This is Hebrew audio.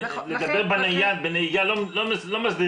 לדבר בנייד בנהיגה לא מסדירים.